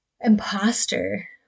imposter